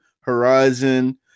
Horizon